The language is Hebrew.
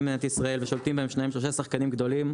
במדינת ישראל ושולטים בהם שניים-שלושה שחקנים גדולים,